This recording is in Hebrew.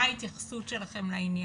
מה ההתייחסות שלכם לעניין,